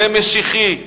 זה משיחי.